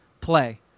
Play